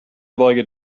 legged